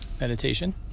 meditation